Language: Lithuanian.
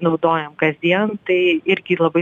naudojam kasdien tai irgi labai